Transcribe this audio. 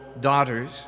daughters